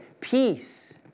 peace